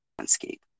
Landscape